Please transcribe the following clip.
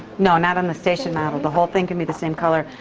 no. not on the station model. the whole thing can be the same color.